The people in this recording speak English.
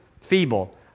feeble